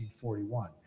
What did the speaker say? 1941